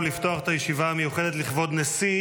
ולפתוח את הישיבה המיוחדת לכבוד נשיא